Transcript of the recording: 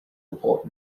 report